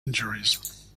injuries